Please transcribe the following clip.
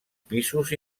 pisos